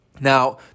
Now